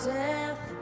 death